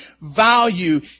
value